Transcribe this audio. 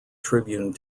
tribune